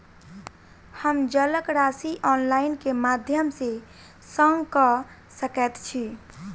हम जलक राशि ऑनलाइन केँ माध्यम सँ कऽ सकैत छी?